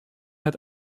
hat